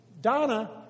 Donna